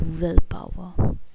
willpower